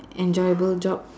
enjoyable job